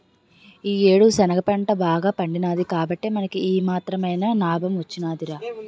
ఈ యేడు శనగ పంట బాగా పండినాది కాబట్టే మనకి ఈ మాత్రమైన నాబం వొచ్చిందిరా